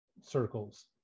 circles